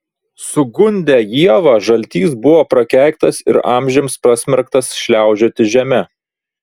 sugundę ievą žaltys buvo prakeiktas ir amžiams pasmerktas šliaužioti žeme